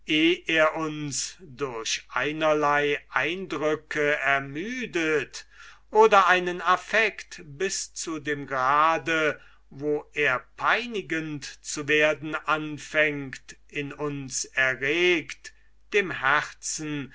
er es uns durch einerlei eindrücke völlig ermüdet oder einen affect bis zu dem grade wo er peinigend zu werden anfängt in uns erregt dem herzen